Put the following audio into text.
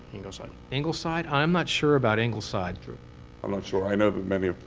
ingleside. ingleside? i'm not sure about ingleside. i'm not sure. i know that many